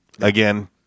again